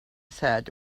said